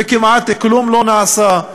וכמעט כלום לא נעשה.